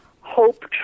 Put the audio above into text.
Hope